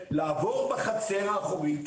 לעבור בחצר האחורית,